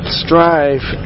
strive